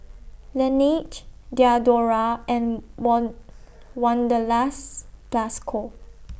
Laneige Diadora and Wan Wanderlust Plus Co